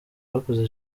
abakoze